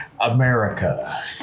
America